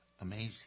amazing